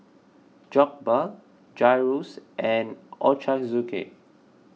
Jokbal Gyros and Ochazuke